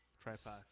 tripod